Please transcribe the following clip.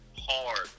hard